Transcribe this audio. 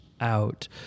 out